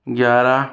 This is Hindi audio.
ग्यारह